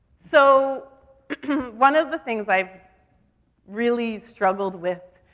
so one of the things i've really struggled with,